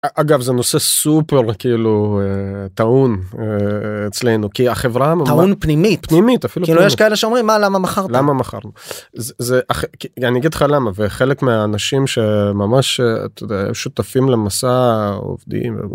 א-אגב זה נושא סווופר ל-כאילו... טעון, א-א-אצלנו. כי החברה נו-, טעון פנימית. פנימית, אפילו פנימית. כאילו יש כאלה שאומרים מה? למה מכרת? למה מכרנו? ז-זה-הכ, כי אני אגיד לך למה, וחלק מהאנשים שממש אה... אתה יודע, שותפים למסע... עובדים...